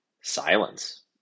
silence